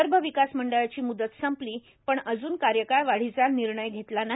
विदर्भ विकास मंडळाची मूदत संपली पण अजून कार्यकाळ वाढीचा निर्णय घेतला नाही